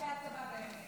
לצורכי הצבא באמת.